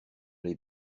les